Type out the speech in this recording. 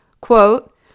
quote